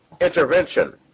intervention